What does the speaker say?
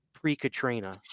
pre-Katrina